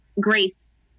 grace